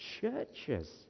churches